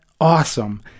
awesome